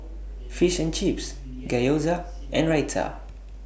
Fish and Chips Gyoza and Raita